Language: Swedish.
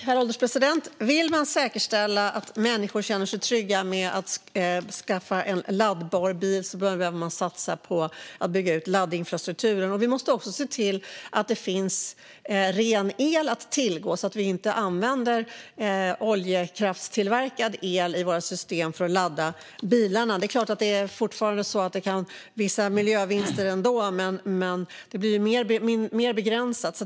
Herr ålderspresident! Vill man säkerställa att människor ska känna sig trygga med att skaffa en laddbar bil behöver man satsa på att bygga ut laddinfrastrukturen. Vi måste också se till att det finns ren el att tillgå, så att vi inte använder oljekraftstillverkad el i våra system för att ladda bilarna. Det är klart att det ändå blir vissa miljövinster, men det blir mer begränsat.